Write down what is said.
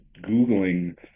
Googling